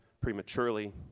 prematurely